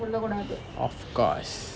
of course